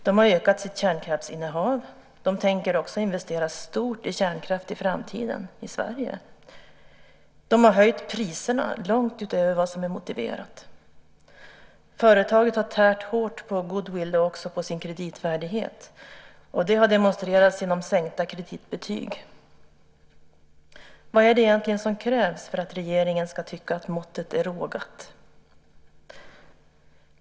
De har ökat sitt kärnkraftsinnehav. De tänker också investera stort i kärnkraft i framtiden i Sverige. De har höjt priserna långt utöver vad som är motiverat. Företaget har tärt hårt på sin goodwill och också på sin kreditvärdighet, och det har demonstrerats genom sänkta kreditbetyg. Vad är det egentligen som krävs för att regeringen ska tycka att måttet är rågat?